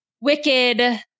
Wicked